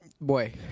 boy